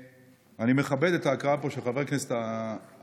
אני מכבד את ההקראה פה של חברי הכנסת הערבים.